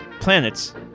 planets